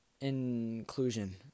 inclusion